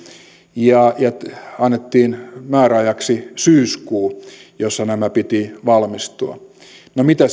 ja annettiin määräajaksi syyskuu jossa ajassa näiden piti valmistua no mitä